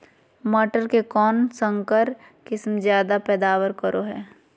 मटर के कौन संकर किस्म जायदा पैदावार करो है?